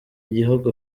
igihugu